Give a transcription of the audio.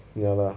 ya lor